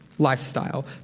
Lifestyle